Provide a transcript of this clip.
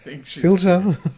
Filter